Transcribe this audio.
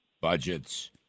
budgets